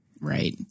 Right